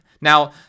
Now